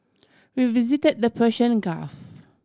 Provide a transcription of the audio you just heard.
we visited the Persian Gulf